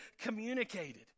communicated